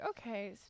okay